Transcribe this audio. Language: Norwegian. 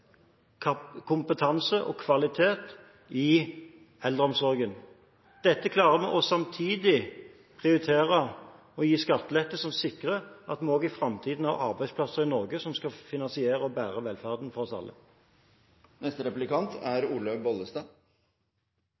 kapasitet, kompetanse og kvalitet i eldreomsorgen. Dette klarer vi, og samtidig prioriterer vi å gi skatteletter som sikrer at vi også i framtiden har arbeidsplasser i Norge som skal finansiere og bære velferden for oss alle.